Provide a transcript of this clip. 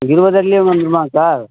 இருபது அடியிலேயே வந்துடுமா சார்